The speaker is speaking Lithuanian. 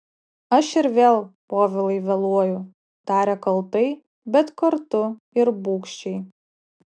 aš ir vėl povilai vėluoju tarė kaltai bet kartu ir bugščiai